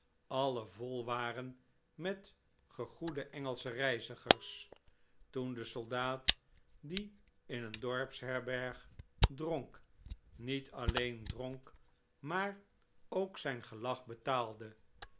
alle vol waren met gegoede engelsche reizigers toen de soldaat die in een dorpsherberg dronk niet alleen dronk maar ook zijn gelag betaalde